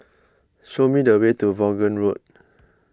show me the way to Vaughan Road